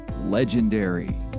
legendary